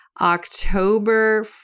October